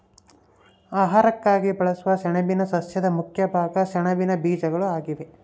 ಆಹಾರಕ್ಕಾಗಿ ಬಳಸುವ ಸೆಣಬಿನ ಸಸ್ಯದ ಮುಖ್ಯ ಭಾಗ ಸೆಣಬಿನ ಬೀಜಗಳು ಆಗಿವೆ